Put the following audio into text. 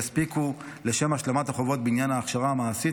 יספיקו לשם השלמת החובות בעניין ההכשרה המעשית,